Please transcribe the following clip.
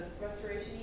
restoration